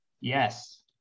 Yes